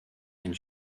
and